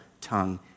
tongue